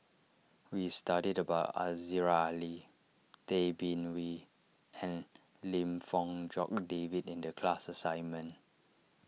we studied about Aziza Ali Tay Bin Wee and Lim Fong Jock David in the class assignment